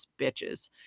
bitches